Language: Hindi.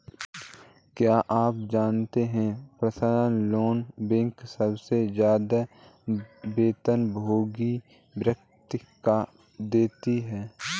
क्या आप जानते है पर्सनल लोन बैंक सबसे ज्यादा वेतनभोगी व्यक्ति को देते हैं?